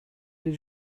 did